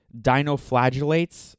dinoflagellates